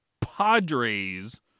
Padres